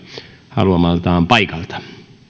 haluamaltaan paikalta